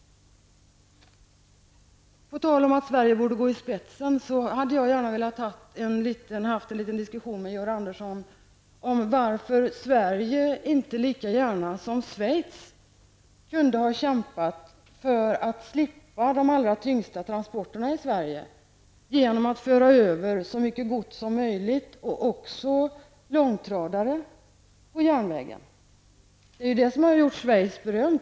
På tal om att Sverige borde gå i spetsen hade jag gärna velat ha en liten diskussion med Georg Andersson om varför Sverige inte lika gärna som Schweiz kunde ha kämpat för att slippa de allra tyngsta transporterna i Sverige genom att föra över så mycket gods som möjligt -- och även långtradare -- på järnvägen. Det är ju det som gjort Schweiz berömt.